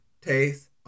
taste